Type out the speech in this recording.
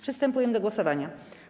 Przystępujemy do głosowania.